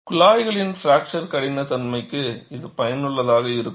குழாய்களின் பிராக்சர் கடின சோதனைக்கு இது பயனுள்ளதாக இருக்கும்